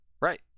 Right